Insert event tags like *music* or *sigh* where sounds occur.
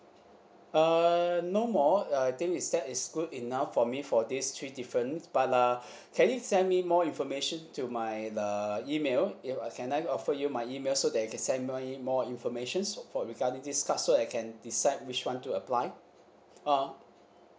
err no more I think is that is good enough for me for these three different but uh *breath* can you send me more information to my the email it can I offer you my email so that you can send me more information for regarding this card so I can decide which one to apply uh